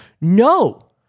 No